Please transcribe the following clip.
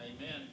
Amen